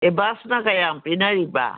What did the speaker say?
ꯑꯦꯠꯕꯥꯟꯁꯅ ꯀꯌꯥꯃ ꯄꯤꯅꯔꯤꯕ